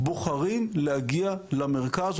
בוחרים להגיע למרכז,